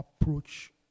approach